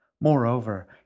Moreover